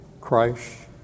Christ